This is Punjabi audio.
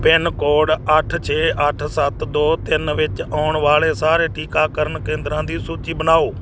ਪਿਨਕੋਡ ਅੱਠ ਛੇ ਅੱਠ ਸੱਤ ਦੋ ਤਿੰਨ ਵਿੱਚ ਆਉਣ ਵਾਲੇ ਸਾਰੇ ਟੀਕਾਕਰਨ ਕੇਂਦਰਾਂ ਦੀ ਸੂਚੀ ਬਣਾਓ